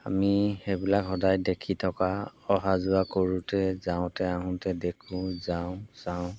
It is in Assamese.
আমি সেইবিলাক সদায় দেখি থকা অহা যোৱা কৰোঁতে যাওঁতে আহোঁতে দেখো যাওঁ চাওঁ